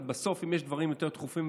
אבל בסוף אם יש דברים יותר דחופים,